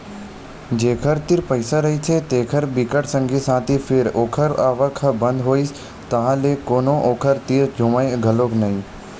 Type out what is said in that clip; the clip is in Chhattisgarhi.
जेखर तीर पइसा रहिथे तेखर बिकट संगी साथी फेर ओखर आवक ह बंद होइस ताहले कोनो ओखर तीर झुमय घलोक नइ